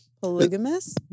Polygamous